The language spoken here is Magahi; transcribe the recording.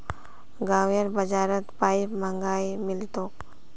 गांउर बाजारत पाईप महंगाये मिल तोक